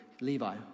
Levi